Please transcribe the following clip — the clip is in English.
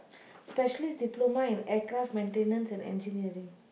specialist diploma in aircraft maintenance and engineering